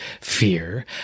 fear